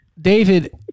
David